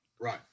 right